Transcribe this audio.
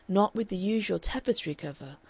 not with the usual tapestry cover,